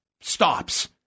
stops